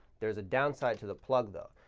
there is a downside to the plug, though.